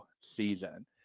season